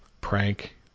prank